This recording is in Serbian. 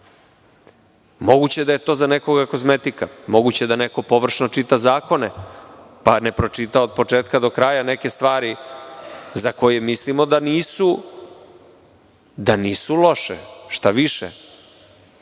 je da je to za nekoga kozmetika, moguće je da neko površno čita zakone, pa ne pročita od početka do kraja neke stvari, za koje mislimo da nisu loše, šta više,